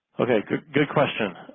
okay good good question.